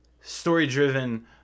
story-driven